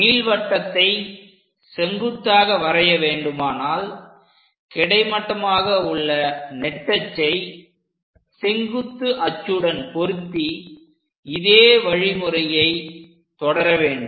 நீள்வட்டத்தை செங்குத்தாக வரைய வேண்டுமானால் கிடைமட்டமாக உள்ள நெட்டச்சை செங்குத்து அச்சுடன் பொருத்தி இதே வழிமுறையை தொடர வேண்டும்